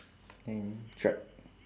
and dried